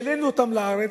העלינו אותם לארץ.